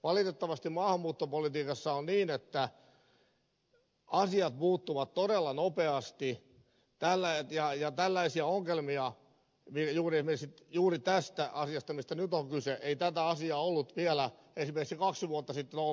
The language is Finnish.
valitettavasti maahanmuuttopolitiikassa on niin että asiat muuttuvat todella nopeasti ja tällaisia ongelmia juuri tästä asiasta mistä nyt on kyse ei ollut vielä esimerkiksi kaksi vuotta sitten ollenkaan